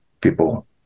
people